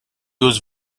was